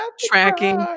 tracking